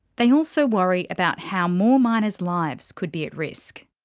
they also worry about how more miners' lives could be at risk.